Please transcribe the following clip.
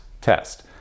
test